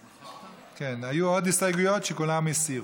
כן, היו עוד הסתייגויות וכולם הסירו.